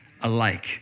alike